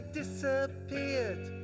disappeared